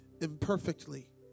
imperfectly